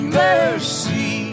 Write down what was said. mercy